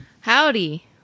Howdy